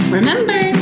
Remember